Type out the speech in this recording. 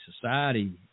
Society